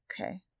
Okay